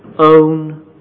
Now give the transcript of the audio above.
own